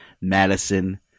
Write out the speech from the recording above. Madison